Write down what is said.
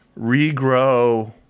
regrow